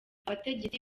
abategetsi